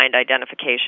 identification